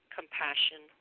Compassion